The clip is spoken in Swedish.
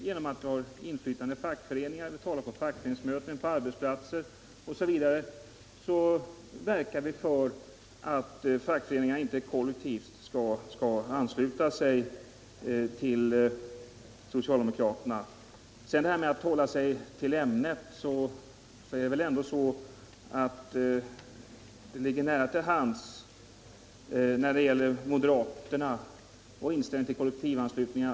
Genom vårt inflytande i fackföreningarna, genom att tala på fackföreningsmöten och på arbetsplatser verkar vi för att fackföreningarna inte skall kollektivansluta sig till socialdemokratiska partiet. När det gäller att hålla sig till ämnet ligger det väl ändå nära till hands att ta upp statskyrkan på tal om moderaterna och inställningen till kollektivanslutningen.